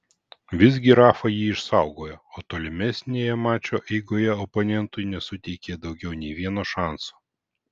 visgi rafa jį išsaugojo o tolimesnėje mačo eigoje oponentui nesuteikė daugiau nei vieno šanso